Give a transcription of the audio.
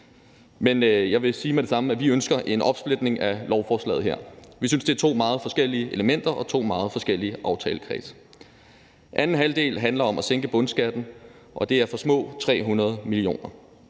Jeg vil sige med det samme, at vi ønsker en opsplitning af lovforslaget her. Vi synes, det er to meget forskellige elementer og to meget forskellige aftalekredse. Den anden halvdel handler om at sænke bundskatten, og det er for små 300 mio.